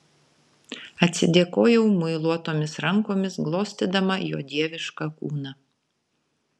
atsidėkojau muiluotomis rankomis glostydama jo dievišką kūną